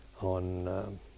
on